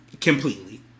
Completely